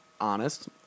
Honest